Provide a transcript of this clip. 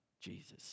Jesus